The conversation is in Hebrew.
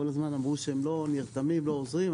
כל הזמן אמרו שהם לא נרתמים ולא עוזרים,